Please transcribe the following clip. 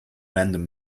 random